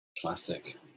Classic